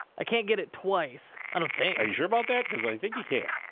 i can't get it twice, i don't think. are you sure about that, cause i think you can.